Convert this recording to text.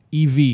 EV